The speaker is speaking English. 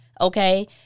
Okay